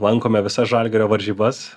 lankome visas žalgirio varžybas